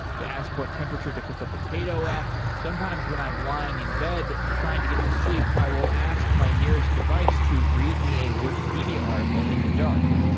to ask what temperature to cook a potato at, sometimes when i'm lying in bed trying to get to sleep, i will ask my nearest device to read me a wikipedia article in the dark.